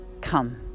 come